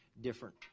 different